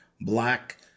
black